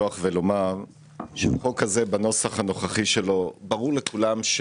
החוק בנוסחו הנוכחי, וזה ברור לכולם,